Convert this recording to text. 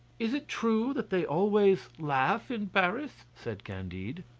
is it true that they always laugh in paris? said candide.